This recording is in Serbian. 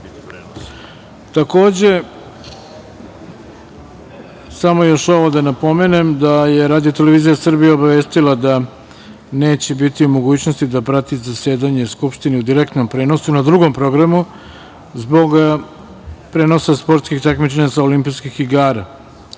samo još ovo da napomenem, Radio-televizija Srbije je obavestila da neće biti u mogućnosti da prati zasedanje Skupštine u direktnom prenosu na Drugom programu, zbog prenosa sportskih takmičenja sa olimpijskih igara